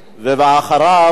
אחריו,